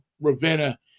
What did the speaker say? Ravenna